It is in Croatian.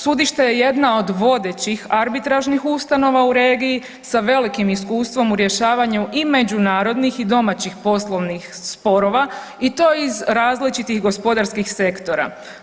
Sudište je jedno od vodećih arbitražnih ustanova u regiji sa velikim iskustvom u rješavanju i međunarodnih i domaćih poslovnih sporova i to iz različitim gospodarskih sektora.